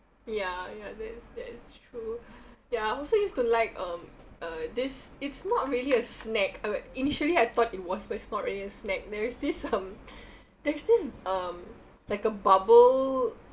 ya ya that's that's true ya also used to like um uh this it's not really a snack uh initially I thought it was but it's not really a snack there's this uh there's this um like a bubble